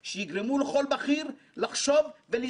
6)